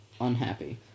unhappy